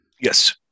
Yes